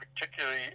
particularly